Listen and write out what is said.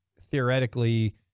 theoretically